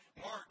Mark